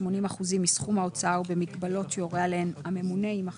80 אחוזים מסכום ההוצאה ובמגבלות שיורה עליהן הממונה" יימחקו.